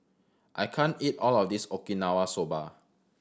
I can't eat all of this Okinawa Soba